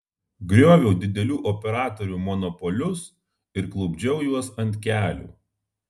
grioviau didelių operatorių monopolius ir klupdžiau juos ant kelių